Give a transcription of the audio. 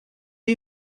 you